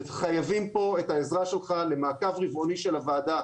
וחייבים פה את העזרה שלך למעקב ריבוני של הוועדה.